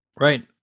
Right